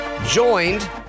joined